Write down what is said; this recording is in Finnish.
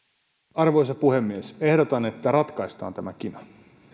arvoisa puhemies ehdotan että ratkaistaan tämä kina